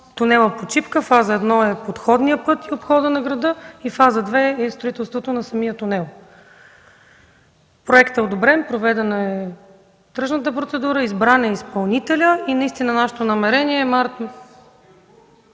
тунел „Почивка”. Фаза 1 е подходният път и обходът на града, а фаза 2 строителството на самия тунел. Проектът е одобрен, проведена е тръжната процедура, избран е изпълнителят и нашето намерение е март…